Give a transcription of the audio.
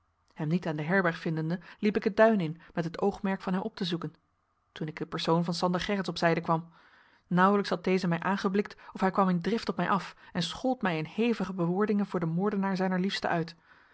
hem niet aan de herberg vindende liep ik het duin in met het oogmerk van hem op te zoeken toen ik den persoon van sander gerritsz op zijde kwam nauwelijks had deze mij aangeblikt of hij kwam in drift op mij af en schold mij in hevige bewoordingen voor den moordenaar zijner liefste uit